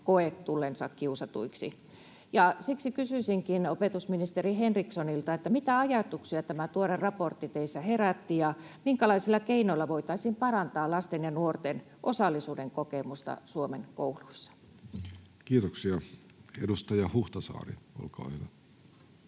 koe tulleensa kiusatuiksi. Ja siksi kysyisinkin opetusministeri Henrikssonilta: mitä ajatuksia tämä tuore raportti teissä herätti, ja minkälaisilla keinoilla voitaisiin parantaa lasten ja nuorten osallisuuden kokemusta Suomen kouluissa? Kiitoksia. — Edustaja Huhtasaari, olkaa hyvä.